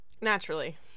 Naturally